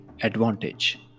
advantage